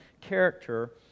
character